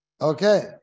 Okay